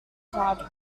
card